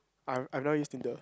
I I've not use tinder